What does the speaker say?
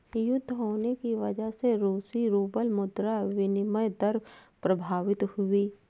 युद्ध होने की वजह से रूसी रूबल मुद्रा विनिमय दर प्रभावित हुई